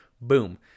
Boom